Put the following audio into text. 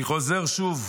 אני חוזר שוב: